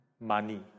money